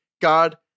God